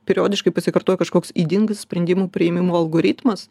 periodiškai pasikartoja kažkoks ydingas sprendimų priėmimo algoritmas